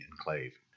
enclave